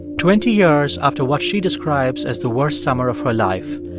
twenty years after what she describes as the worst summer of her life,